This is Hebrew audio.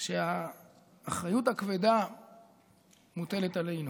כשהאחריות הכבדה מוטלת עלינו.